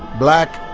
black,